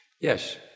Yes